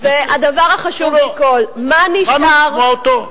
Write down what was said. והדבר החשוב מכול, מה נשאר, תנו לו.